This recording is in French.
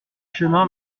chemin